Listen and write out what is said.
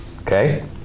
Okay